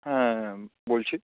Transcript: হ্যাঁ বলছি